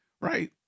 right